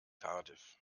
cardiff